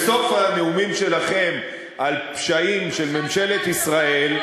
בסוף הנאומים שלכם פשעים של ממשלת ישראל,